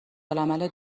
العمل